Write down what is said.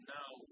now